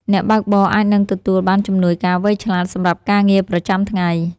អ្នកបើកបរអាចនឹងទទួលបានជំនួយការវៃឆ្លាត សម្រាប់ការងារប្រចាំថ្ងៃ។